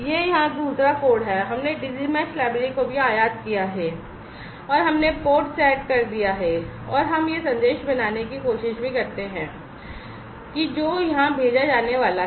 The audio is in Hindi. यह यहां दूसरा कोड है हमने Digi mesh लाइब्रेरी को भी आयात किया है और हमने पोर्ट सेट कर दिया है और हम यह संदेश बनाने की कोशिश भी करते हैं कि जो यहाँ भेजा जाने वाला है